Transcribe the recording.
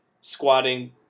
squatting